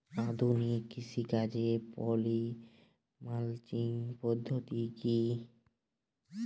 আধুনিক কৃষিকাজে poly mulching পদ্ধতি কি?